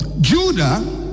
Judah